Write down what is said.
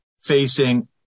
facing